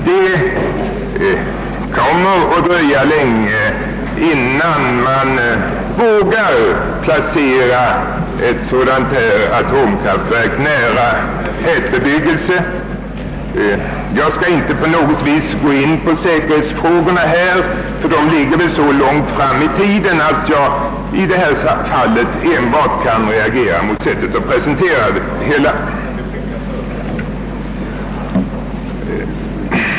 Det kommer att dröja länge innan man vågar placera ett dylikt atomkraftverk nära tätbebyggelse. Jag skall inte på något sätt gå in på säkerhetsfrågorna, ty dessa problem ligger nog så långt fram i tiden, att det för mig endast finns anledning att reagera mot sättet att presentera planerna.